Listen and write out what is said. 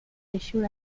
issued